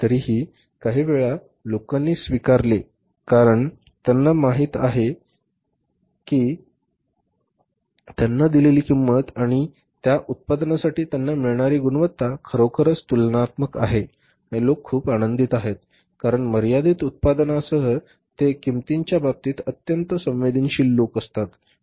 तरीही काही वेळा लोकांनी स्वीकारले कारण त्यांना माहित आहे की त्यांना दिलेली किंमत आणि त्या उत्पादनासाठी त्यांना मिळणारी गुणवत्ता खरोखर तुलनात्मक आहे आणि लोक खूप आनंदित आहेत कारण मर्यादित उत्पन्नासह ते किंमतीच्या बाबतीत अत्यंत संवेदनशील लोक असतात